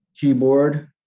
keyboard